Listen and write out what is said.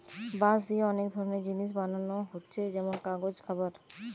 বাঁশ দিয়ে অনেক ধরনের জিনিস বানানা হচ্ছে যেমন কাগজ, খাবার